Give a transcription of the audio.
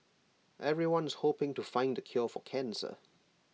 everyone's hoping to find the cure for cancer